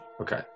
Okay